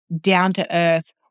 down-to-earth